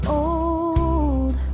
old